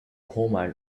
hormone